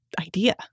idea